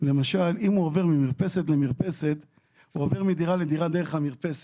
אם הוא עובר ממרפסת למרפסת או עובר מדירה לדירה דרך המרפסת.